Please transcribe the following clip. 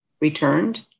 returned